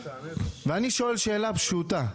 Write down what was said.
ואני שואל שאלה פשוטה.